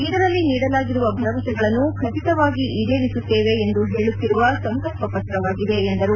ಇದರಲ್ಲಿ ನೀಡಲಾಗಿರುವ ಭರವಸೆಗಳನ್ನು ಖಟಿತವಾಗಿ ಈಡೇರಸುತ್ತೇವೆ ಎಂದು ಹೇಳುತ್ತಿರುವ ಸಂಕಲ್ಪ ಪತ್ರವಾಗಿದೆ ಎಂದರು